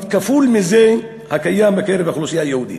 כפול מזה הקיים בקרב האוכלוסייה היהודית.